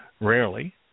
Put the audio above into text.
rarely